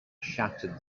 shattered